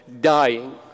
dying